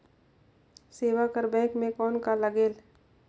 सेवा बर बैंक मे कौन का लगेल?